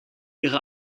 ihre